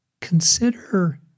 consider